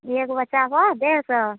एक बच्चा पर डेढ़ सए